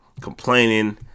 complaining